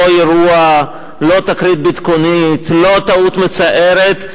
לא אירוע, לא תקרית ביטחונית, לא טעות מצערת.